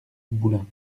boulin